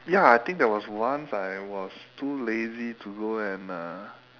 ya I think there was once I was too lazy to go and uh